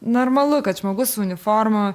normalu kad žmogus su uniforma